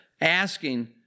asking